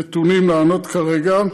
הנתונים כדי לענות כרגע.